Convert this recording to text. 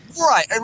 Right